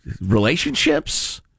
relationships